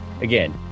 again